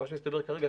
מה שהסתבר כרגע,